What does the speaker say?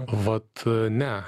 vat ne